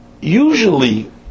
usually